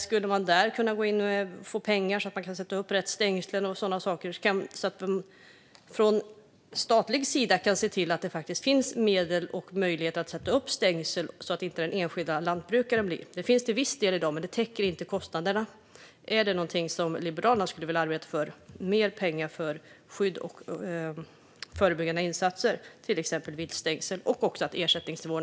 Skulle man där kunna gå in med pengar, så att folk kan sätta upp rätt stängsel och så vidare? Det handlar om att från statlig sida se till att det finns medel och möjlighet att sätta upp stängsel, så att inte den enskilda lantbrukaren drabbas. Detta finns till viss del i dag, men det täcker inte kostnaderna. Är detta något som Liberalerna skulle vilja arbeta för - mer pengar för skydd och förebyggande insatser, till exempel viltstängsel och höjda ersättningsnivåer?